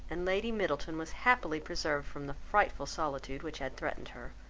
and lady middleton was happily preserved from the frightful solitude which had threatened her.